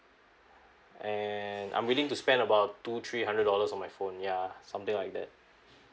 and I'm willing to spend about two three hundred dollars on my phone yeah something like that